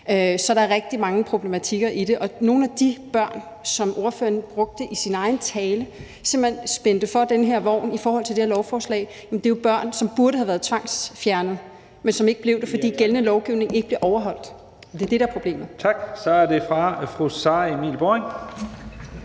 Så der er rigtig mange problematikker i det, og nogle af de børn, som ordføreren nævnte i sin egen tale og simpelt hen spændte for den her vogn i forhold til det her lovforslag, er jo børn, som burde have været tvangsfjernet, men som ikke blev det, fordi gældende lovgivning ikke blev overholdt. Det er det, der er problemet. Kl. 14:35 Første næstformand